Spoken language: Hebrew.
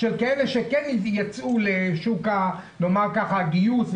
עם אלה שיצאו לגיוס,